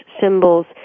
symbols